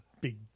Big